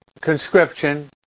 conscription